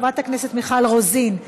חברת הכנסת מיכל רוזין,